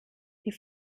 die